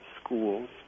schools